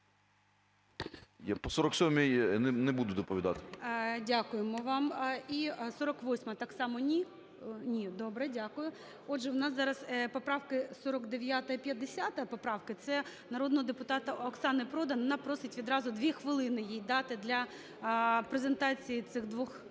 По 47-й не буду доповідати. ГОЛОВУЮЧИЙ. Дякуємо вам. І 48-а – так само ні? Ні. Добре. Дякую. Отже, в нас зараз поправки, 49-а і 50-а поправки. Це народного депутата Оксани Продан. Вона просить відразу 2 хвилини їй дати для презентації цих двох